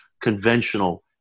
conventional